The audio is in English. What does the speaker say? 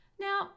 now